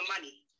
money